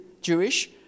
Jewish